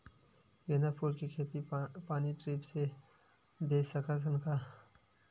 गेंदा फूल के खेती पानी ड्रिप से दे सकथ का?